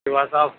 جی بھائی صاحب